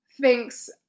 thinks